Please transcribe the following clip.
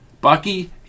Bucky